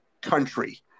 country